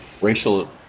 racial